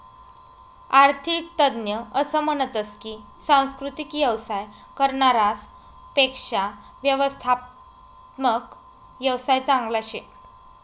आरर्थिक तज्ञ असं म्हनतस की सांस्कृतिक येवसाय करनारास पेक्शा व्यवस्थात्मक येवसाय चांगला शे